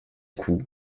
coup